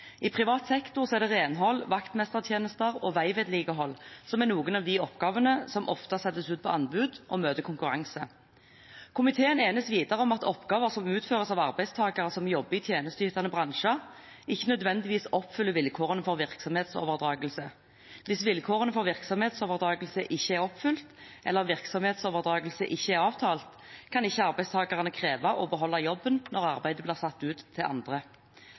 I privat sektor er det renhold, vaktmestertjenester og veivedlikehold som er noen av de oppgavene som ofte settes ut på anbud og møter konkurranse. Komiteen enes videre om at oppgaver som utføres av arbeidstakere som jobber i tjenesteytende bransjer, ikke nødvendigvis oppfyller vilkårene for virksomhetsoverdragelse. Hvis vilkårene for virksomhetsoverdragelse ikke er oppfylt, eller virksomhetsoverdragelse ikke er avtalt, kan ikke arbeidstakerne kreve å beholde jobben når arbeidet blir satt ut til andre.